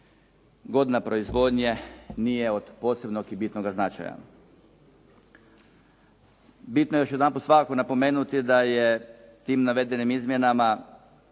godina proizvodnje nije od posebnog i bitnoga značaja. Bitno je još jedanput svakako napomenuti da je tim navedenim izmjenama